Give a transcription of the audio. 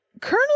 colonel